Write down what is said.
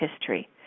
history